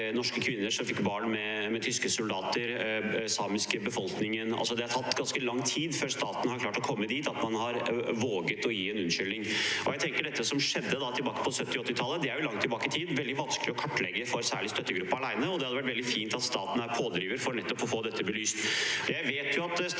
Norske kvinner som fikk barn med tyske soldater, den samiske befolkningen – det har tatt ganske lang tid før staten har klart å komme dit at man har våget å gi en unnskyldning. Jeg tenker at det som skjedde tilbake på 1970- og 1980-tallet – det er jo langt tilbake i tid – er veldig vanskelig å kartlegge for støttegruppen, særlig alene, og det hadde vært veldig fint om staten var pådriver for å få dette belyst.